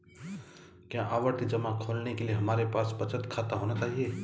क्या आवर्ती जमा खोलने के लिए हमारे पास बचत खाता होना चाहिए?